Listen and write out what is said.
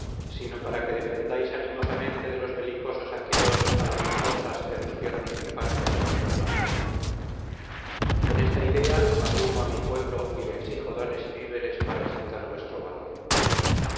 sino para que defendáis animosamente de los belicosos aqueos á las esposas y á los tiernos infantes de los troyanos con esta idea abrumo á mi pueblo y le exijo dones y víveres para excitar vuestro valor